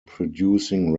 producing